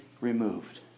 removed